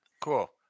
cool